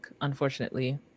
unfortunately